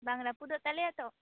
ᱵᱟᱝᱞᱟ ᱯᱩᱫᱟᱹ ᱛᱟᱞᱮᱭᱟ ᱛᱚ